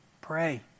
pray